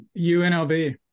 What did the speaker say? UNLV